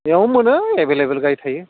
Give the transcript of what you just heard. बेयावनो मोनो एभेलेबेल गारि थायो